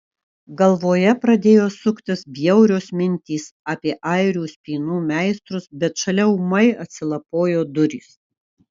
galvoje pradėjo suktis bjaurios mintys apie airių spynų meistrus bet šalia ūmai atsilapojo durys